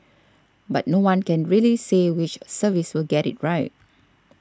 but no one can really say which service will get it right